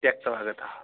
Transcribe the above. त्यक्तुमागतः